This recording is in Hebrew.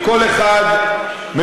וכל אחד מפרש,